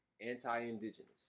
anti-indigenous